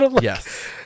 Yes